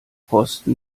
kosten